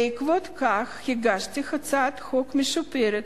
בעקבות כך הגשתי הצעת חוק משופרת,